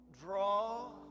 Draw